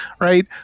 Right